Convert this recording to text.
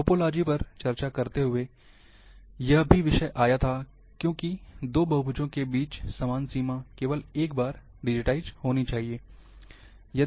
topology पर चर्चा करते हुए यह विषय भी आया क्योंकि दो बहुभुजों के बीच समान सीमा केवल एक बार डिजिटाइज़ होनी चाहिए